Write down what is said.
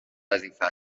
وظیفه